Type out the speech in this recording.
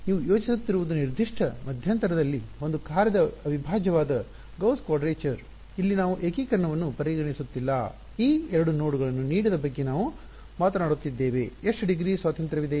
ನೀವು ಯೋಚಿಸುತ್ತಿರುವುದು ನಿರ್ದಿಷ್ಟ ಮಧ್ಯಂತರದಲ್ಲಿ ಒಂದು ಕಾರ್ಯದ ಅವಿಭಾಜ್ಯವಾದ ಗೌಸ್ ಕ್ವಾಡ್ರೇಚರ್ ಇಲ್ಲಿ ನಾವು ಏಕೀಕರಣವನ್ನು ಪರಿಗಣಿಸುತ್ತಿಲ್ಲ ಈ 2 ನೋಡ್ಗಳನ್ನು ನೀಡಿದ ಬಗ್ಗೆ ನಾವು ಮಾತನಾಡುತ್ತಿದ್ದೇವೆ ಎಷ್ಟು ಡಿಗ್ರಿ ಸ್ವಾತಂತ್ರ್ಯವಿದೆ